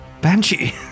banshee